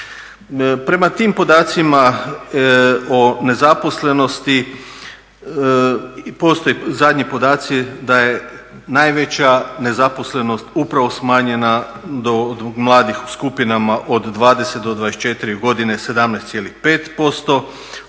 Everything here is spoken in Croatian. Prema tim podacima o nezaposlenosti postoje zadnji podaci da je najveća nezaposlenost upravo smanjena od mladih u skupinama od 20 do 24 godine 17,5%,